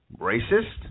Racist